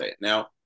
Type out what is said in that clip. now